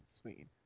Sweet